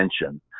attention